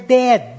dead